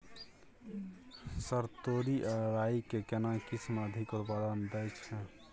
Sir तोरी आ राई के केना किस्म अधिक उत्पादन दैय छैय?